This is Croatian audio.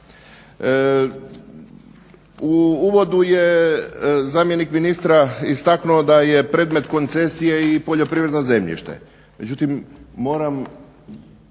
U uvodu je zamjenik ministra istaknuto da je predmet koncesije i poljoprivredno zemljište.